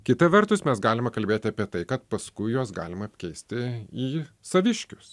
kita vertus mes galime kalbėt apie tai kad paskui juos galima apkeisti į saviškius